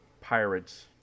Pirates